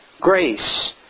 grace